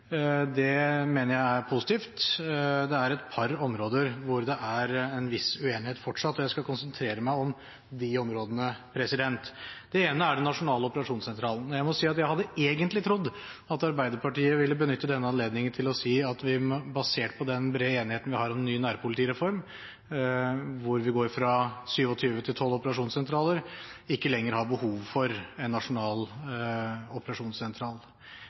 Det mener jeg er positivt. Det er et par områder hvor det fortsatt er en viss uenighet, og jeg skal konsentrere meg om de områdene. Det ene er den nasjonale operasjonssentralen. Jeg må si at jeg hadde egentlig trodd at Arbeiderpartiet ville benyttet denne anledningen til å si at vi, basert på den brede enigheten vi har om den nye nærpolitireformen hvor vi går fra 27 til 12 operasjonssentraler, ikke lenger har behov for en nasjonal operasjonssentral.